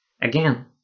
again